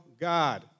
God